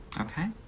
okay